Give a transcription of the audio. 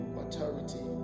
authority